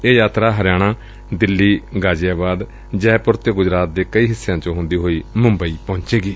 ਇਹ ਯਾਤਰਾ ਹਰਿਆਣਾ ਦਿੱਲੀ ਗਾਜੀਆਬਾਦ ਜੈਪੁਰ ਅਤੇ ਗੁਜਰਾਤ ਦੇ ਕਈ ਹਿੱਸਿਆਂ ਚੋ ਹੁੰਦੀ ਹੋਈ ਮੁੰਬਈ ਪਹੁੰਚੇਗੀ